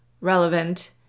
relevant